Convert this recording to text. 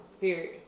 Period